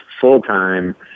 full-time